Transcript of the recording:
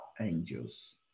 angels